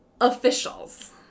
officials